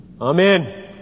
Amen